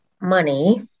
money